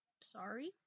sorry